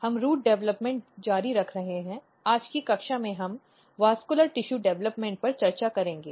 हम root development जारी रख रहे हैं आज की कक्षा में हम वेस्क्यलर टिशू डेवलपमेंट पर चर्चा करेंगे